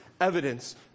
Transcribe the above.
evidence